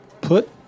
put